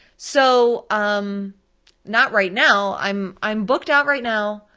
so, um not right now, i'm i'm booked out right now.